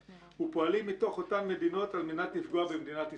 ופועלים מתוך אותן מדינות על מנת לפגוע במדינת ישראל.